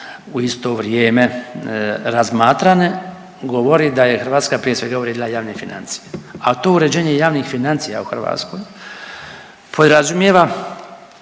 u isto vrijeme razmatrane, govori, da je Hrvatska, prije svega, uredila javne financije, a to uređenje javnih financija u Hrvatskoj podrazumijeva